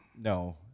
No